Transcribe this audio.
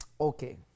Okay